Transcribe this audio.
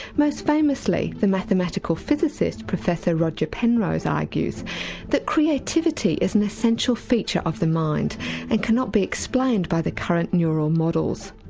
most famously the mathematical physicist professor roger penrose argues that creativity is an essential feature of the mind and cannot be explained by the current neural models.